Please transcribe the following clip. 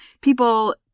people